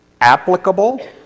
applicable